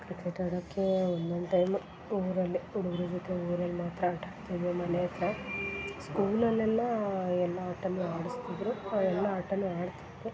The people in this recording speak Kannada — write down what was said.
ಕ್ರಿಕೆಟ್ ಆಡೋಕೆ ಒನ್ನೊಂದು ಟೈಮು ಊರಲ್ಲಿ ಹುಡುಗ್ರು ಜೊತೆ ಊರಲ್ಲಿ ಮಾತ್ರ ಆಟಾಡ್ತಿದ್ದೆ ಮನೆ ಹತ್ರ ಸ್ಕೂಲಲೆಲ್ಲಾ ಎಲ್ಲಾ ಆಟನು ಆಡಸ್ತಿದ್ದರು ಎಲ್ಲಾ ಆಟನು ಆಡ್ತಿದ್ದೆ